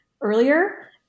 earlier